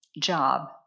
job